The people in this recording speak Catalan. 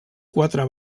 quatre